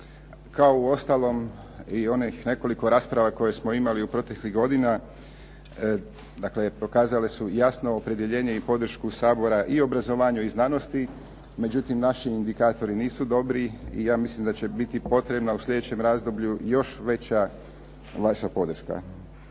kao uostalom i onih nekoliko rasprava koje smo imali proteklih godina, dakle pokazale su jasno opredjeljenje i podršku Sabora i obrazovanju i znanosti. Međutim, naši indikatori nisu dobri i ja mislim da će biti potrebno u slijedećem razdoblju još veća vaša podrška.